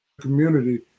community